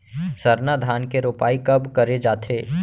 सरना धान के रोपाई कब करे जाथे?